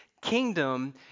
kingdom